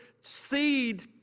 seed